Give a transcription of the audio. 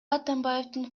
атамбаевдин